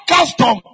custom